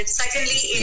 secondly